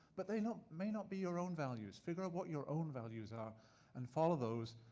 but they not may not be your own values. figure out what your own values are and follow those.